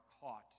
caught